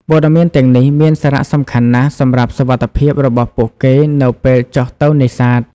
ព័ត៌មានទាំងនេះមានសារៈសំខាន់ណាស់សម្រាប់សុវត្ថិភាពរបស់ពួកគេនៅពេលចុះទៅនេសាទ។